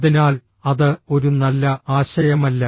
അതിനാൽ അത് ഒരു നല്ല ആശയമല്ല